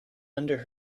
under